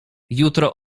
jutro